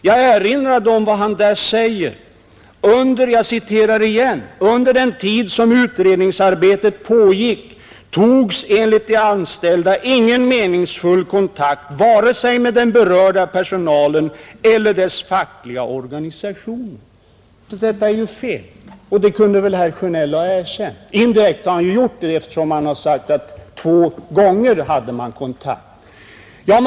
Jag erinrar om vad han säger i denna artikel: ”Under den tid som utredningsarbetet pågick togs enligt vad de anställda uppger ingen meningsfull kontakt vare sig med den berörda personalen eller dess fackliga organisationer.” Detta är ju fel och det kunde väl herr Sjönell ha erkänt. Indirekt har han också gjort det eftersom han har sagt att två gånger tog man kontakt med personalens huvudorganisationer.